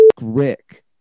Rick